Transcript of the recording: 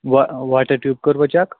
وَ water tube کوٚروٕ check